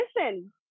listen